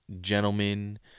gentlemen